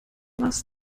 was